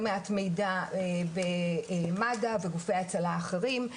לא מעט מידע במד"א וגופי הצלה אחרים,